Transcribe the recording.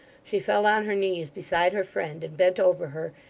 she fell on her knees beside her friend, and bent over her,